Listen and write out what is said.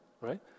right